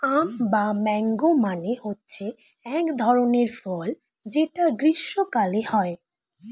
আম বা ম্যাংগো মানে হচ্ছে এক ধরনের ফল যেটা গ্রীস্মকালে হয়